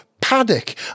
paddock